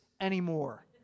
anymore